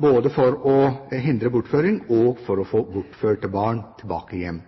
både for hindre bortføringer og for å få bortførte barn hjem igjen.